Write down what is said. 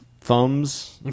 thumbs